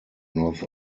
north